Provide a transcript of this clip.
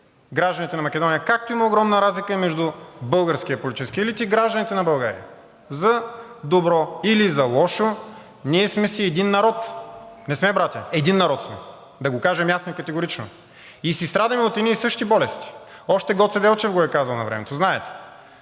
гражданите на Македония, както има огромна разлика между българския политически елит и гражданите на България. За добро или за лошо, ние сме си един народ, а не сме братя. Един народ сме, да го кажа ясно и категорично, и си страдаме от едни и същи болести. Още Гоце Делчев го е казал навремето, знаете: